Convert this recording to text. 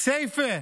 כסייפה,